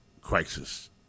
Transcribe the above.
crisis